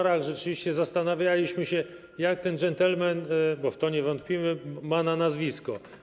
Rzeczywiście w kuluarach zastanawialiśmy się, jak ten dżentelmen, bo w to nie wątpimy, ma na nazwisko.